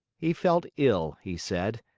he felt ill, he said,